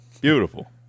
Beautiful